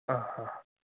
ആ ഹാ